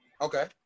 Okay